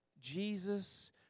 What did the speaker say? Jesus